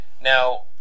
Now